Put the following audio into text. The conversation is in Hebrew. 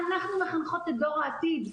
אנחנו מחנכות את העתיד.